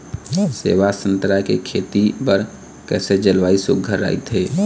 सेवा संतरा के खेती बर कइसे जलवायु सुघ्घर राईथे?